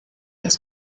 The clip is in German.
das